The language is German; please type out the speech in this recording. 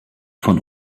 von